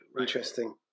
Interesting